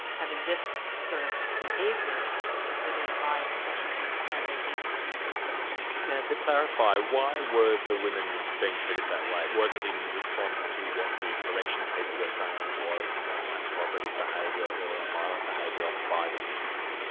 having this sort of behaviour exhibited by its correctional service of canada against women prisoners. now to clarify, why were the women being treated that way? was it in response to what the corrections people were saying was uncooperative behaviour, or violent behaviour ah by the prisoners?